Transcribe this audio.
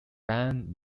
ban